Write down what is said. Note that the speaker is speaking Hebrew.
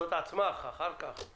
קשוט עצמך ואחר כך קשוט אחרים.